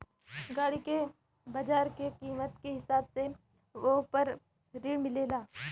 गाड़ी के बाजार के कीमत के हिसाब से वोह पर ऋण मिलेला